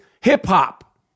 hip-hop